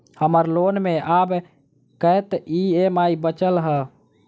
हम्मर लोन मे आब कैत ई.एम.आई बचल ह?